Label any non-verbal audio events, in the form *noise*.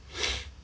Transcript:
*noise*